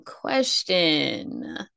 question